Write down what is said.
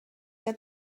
que